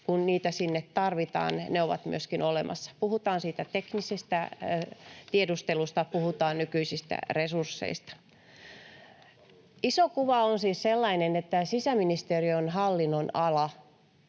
kun niitä sinne tarvitaan, ovat myöskin olemassa — puhutaan teknisestä tiedustelusta ja puhutaan nykyisistä resursseista. Iso kuva on siis sellainen, että sisäministeriön hallinnonalan